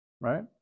Right